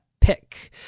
pick